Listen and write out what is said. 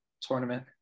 tournament